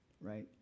right